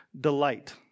delight